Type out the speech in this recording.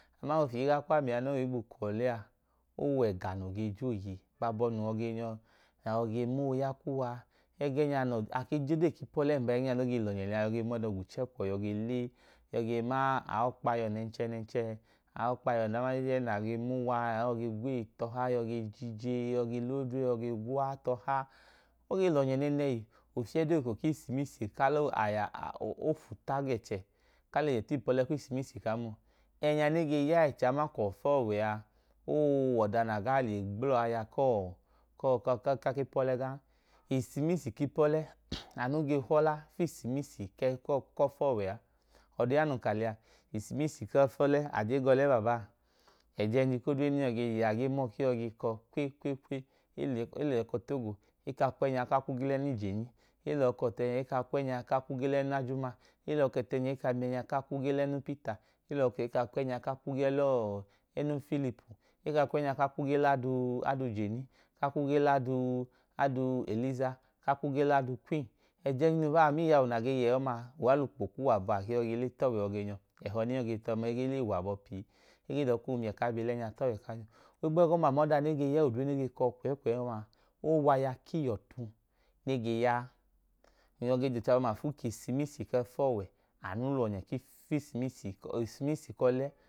Aman ufii gaa kwamia noo higbu kọlẹ owẹ noo ge jọọ iye gbabọ nun yọge nyọ a na yọ ge mooya kuwa ẹgẹ nya no ake jodee kipọle ẹgẹnya no ge lọnye lẹya ayọ ge mọdo gwuchẹ kwọ yọ ge le yọ ge naa ayọkpaọ nenchẹ nẹnche. Ọkpayọ na ma jejen a yọ ge gweye tọ ha ge jije yọ ge lodre yọ ge gwa tọha oge lọnyẹ nẹnẹhi ofiedu eko isimisi ka lofu ta gẹ chẹ ka le yẹ tiipọlẹ kisimisi kamọ ẹnya ne ga ya ẹchẹ aman ẹfọwe aa oowọ da na gaa le gblaya ka kipọlẹ glan isimisi kipọlẹ anu ge họla fii isimisi ke fuọ we a. Ọdi ya nun ka lẹy, isimisi kefọlẹ a jen golẹ baba ẹjẹnji lodre ne yọ ge he a age mọọ ke yọ ge kọ kwe kwe kwe. Ele-ele kọ togo e ka kwẹnya w kaa kwu gelẹ nii jannyi, elọọkọ tẹnya eka kwa u ka kwu gl’ene ajuma, elọọkọtẹnya eka miẹ nya ka kwu ge l’ẹnu peter, elọọ kọ a kwẹ nyaw ka kwu ge lọọ ẹnu philipu, eka kwẹnya w ka kwu gel’adu janny, ka kwu gel’adu eliza, ka kwu gel’ adu queen. Ẹjẹnjinu baa amiyau na ge ye oma, uwa lukpokwu vouọ abọ akei yọ ge nyo. Ẹhọ ne yọi ge tụọ ọma egee leyi wiọ abọ pii. Egee dọọ ko mie ka be lenye tọwẹ kanyo. Ohigẹegọma a mọda nege ya odre nege kọ kwẹ kwẹ ọmaa, o waya kihọtu nege yaa n’yọi ge jochabọmafu kisimisi kẹfọọwẹanu lọbyẹ fiisimis kọle.